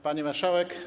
Pani Marszałek!